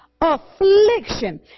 affliction